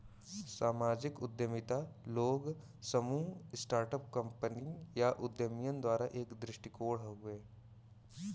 सामाजिक उद्यमिता लोग, समूह, स्टार्ट अप कंपनी या उद्यमियन द्वारा एक दृष्टिकोण हउवे